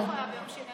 אני לא יכולה ביום שני.